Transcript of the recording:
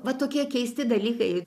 va tokie keisti dalykai